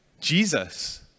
Jesus